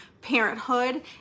parenthood